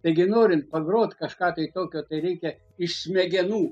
taigi norint pagrot kažką tai tokio tai reikia iš smegenų